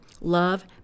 love